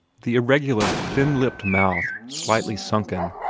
the irregular, thin-lipped mouth, slightly sunken,